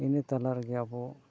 ᱤᱱᱟᱹᱛᱟᱞᱨᱮᱜᱮ ᱟᱵᱚ